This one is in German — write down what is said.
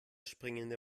springende